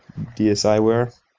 DSIware